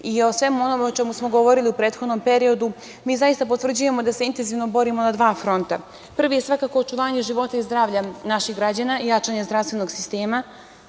i o svemu onom o čemu smo govorili u prethodnom periodu, mi zaista potvrđujemo da se intenzivno borimo na dva fronta. Prvi je svakako očuvanje života i zdravlja naših građana, jačanje zdravstvenog sistema,